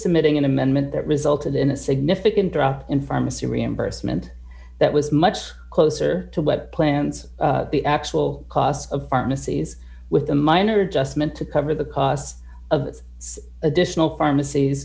submitting an amendment that resulted in a significant drop in pharmacy reimbursement that was much closer to what plans the actual cost of pharmacies with the minor adjustment to cover the costs of additional pharmacies